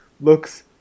looks